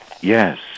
Yes